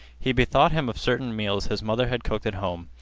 he bethought him of certain meals his mother had cooked at home,